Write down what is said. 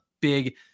big